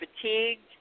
fatigued